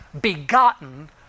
begotten